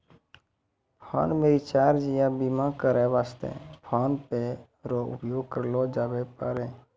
phone मे recharge या बीमा करै वास्ते फोन पे रो उपयोग करलो जाबै पारै